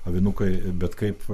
avinukai bet kaip